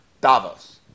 Davos